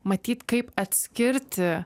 matyt kaip atskirti